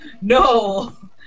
No